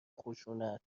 خشونت